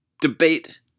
Debate